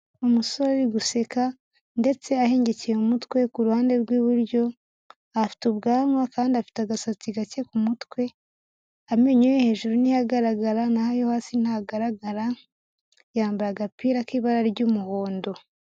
Umusore uri guseka ndetse ahengekeye umutwe ku ruhande rw'iburyo, afite ubwanwa kandi afite agasatsi gake ku mutwe, amenyo ye yo hejuru niyo agaragara n'aho ayo hasi ntagaragara, yambaye agapira k'ibara ry'umuhondo.